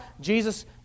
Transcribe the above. Jesus